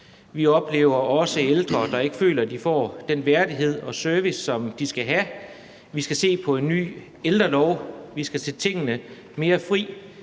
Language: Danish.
vi oplever også ældre, der ikke føler, at de får den værdighed og service, som de skal have. Vi skal se på en ny ældrelov. Vi skal sætte tingene mere fri.